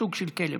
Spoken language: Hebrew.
סוג של כלב,